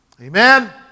Amen